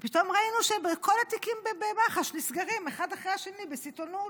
ופתאום ראינו שכל התיקים במח"ש נסגרים אחד אחרי השני בסיטונות.